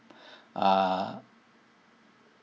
uh